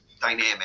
dynamic